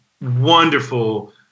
wonderful